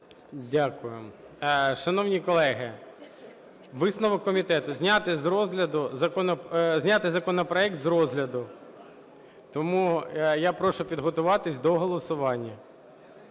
Дякую. Шановні колеги, висновок комітету: зняти з розгляду… зняти законопроект з розгляду. Тому я прошу підготуватись до голосування.